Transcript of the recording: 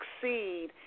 succeed